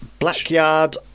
Blackyard